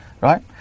Right